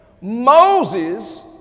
Moses